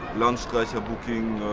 landstreicher booking,